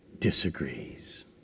disagrees